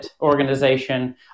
organization